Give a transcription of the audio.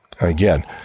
Again